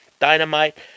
Dynamite